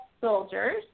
Soldiers